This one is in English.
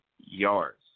yards